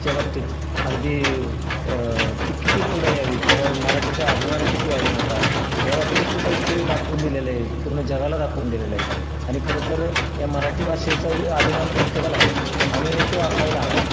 च्या बाबतीत अगदी ती किती पुढं यावी बाबा मराठीचा अभिमान किती आहे मोठा या बाबतीत सुद्धा ते दाखवून दिलेलं आहे पूर्ण जगाला दाखवून दिलेलं आहे आणि खरंतर या मराठी भाषेचा अभिमान प्रत्येकाला आहे आणि तो असायला हवा